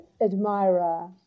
admirer